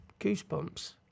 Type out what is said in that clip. goosebumps